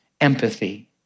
empathy